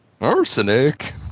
Arsenic